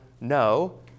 No